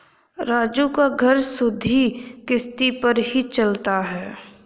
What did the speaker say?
राजू का घर सुधि किश्ती पर ही चलता है